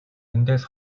эндээс